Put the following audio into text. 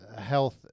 health